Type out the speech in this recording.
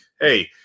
hey